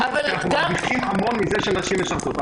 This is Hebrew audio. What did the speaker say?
שאנחנו מרוויחים המון מזה שנשים משרתות,